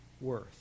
worth